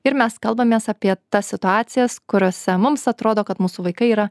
ir mes kalbamės apie tas situacijas kuriose mums atrodo kad mūsų vaikai yra